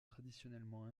traditionnellement